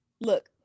Look